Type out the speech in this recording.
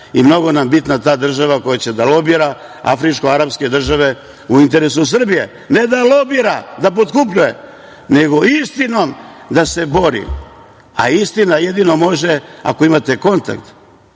i mnogo nam je bitna ta država koja će da lobira afričko-arapske države u interesu Srbije, a ne da lobira da potkupljuje, nego istinom da se bori, a istina jedino može ako imate kontakt,